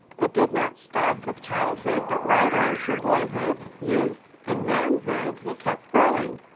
it did not stop with childhood, but right on through boyhood, youth and manhood he kept growing.